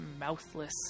mouthless